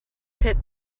pit